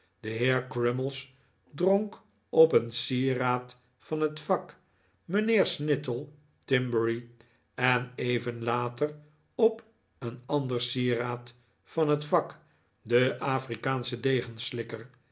de heer crummies dronk op een sieraad van het vak mijnheer snittle timberry en even later op een ander sieraad van het vak den afrikaanschen